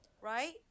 right